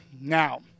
Now